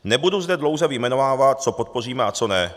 Nebudu zde dlouze vyjmenovávat, co podpoříme a co ne.